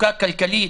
מצוקה כלכלית,